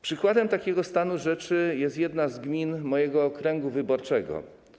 Przykładem takiego stanu rzeczy jest jedna z gmin mojego okręgu wyborczego.